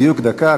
בדיוק דקה.